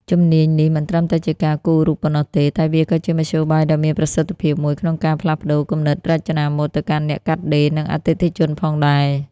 ជំនាញនេះមិនត្រឹមតែជាការគូររូបប៉ុណ្ណោះទេ តែវាក៏ជាមធ្យោបាយដ៏មានប្រសិទ្ធភាពមួយក្នុងការផ្លាស់ប្ដូរគំនិតរចនាម៉ូដទៅកាន់អ្នកកាត់ដេរ និងអតិថិជនផងដែរ។